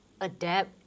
adapt